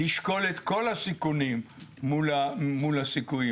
לשקול את כל הסיכונים מול הסיכויים,